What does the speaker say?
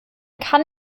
kann